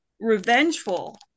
revengeful